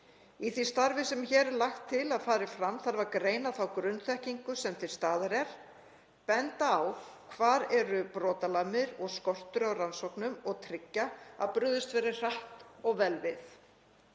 Í því starfi sem hér er lagt til að fari fram þarf að greina þá grunnþekkingu sem til staðar er, benda á hvar eru brotalamir og skortur á rannsóknum og tryggja að brugðist verði hratt og vel við.